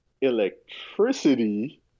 electricity